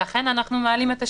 לכן אנחנו מעלים את השאלה.